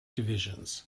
divisions